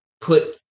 put